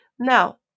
now